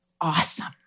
awesome